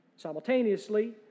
Simultaneously